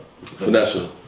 Vanessa